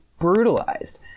brutalized